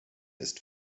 ist